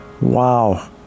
Wow